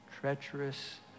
treacherous